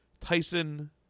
tyson